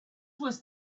was